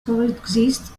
coexist